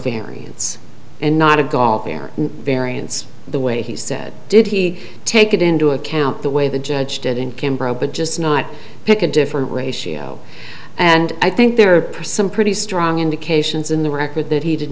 variance and not a golf err variance the way he said did he take it into account the way the judge did in canberra but just not pick a different ratio and i think there are some pretty strong indications in the record that he did